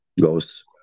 goes